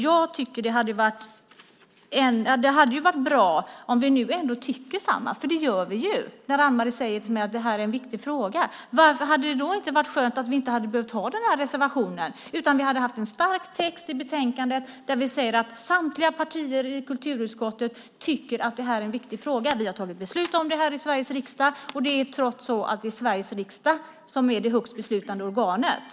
Jag tycker att det hade varit bra, ifall vi nu tycker likadant, och det gör vi eftersom Anne Marie säger att det här är en viktig fråga, om vi inte hade behövt ha reservationen. I stället hade vi haft en stark betänkandetext där vi kunde sagt att samtliga partier i kulturutskottet tycker att det är en viktig fråga. Vi har tagit beslut om den i Sveriges riksdag, och det är trots allt Sveriges riksdag som är det högsta beslutande organet.